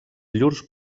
llurs